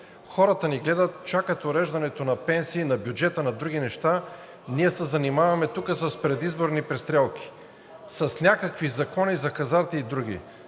Хората ни гледат, чакат уреждането на пенсии, на бюджета, на други неща, ние се занимаваме тук с предизборни престрелки, с някакви закони за хазарта и други.